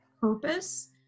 purpose